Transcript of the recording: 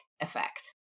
effect